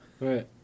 Right